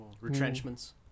Retrenchments